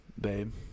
babe